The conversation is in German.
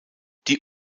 die